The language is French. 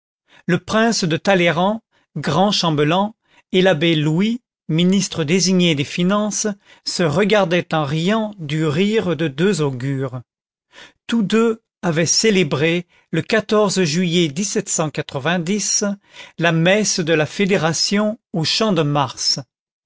le prince de talleyrand grand chambellan et l'abbé louis ministre désigné des finances se regardaient en riant du rire de deux augures tous deux avaient célébré le juillet la messe de la fédération au champ de mars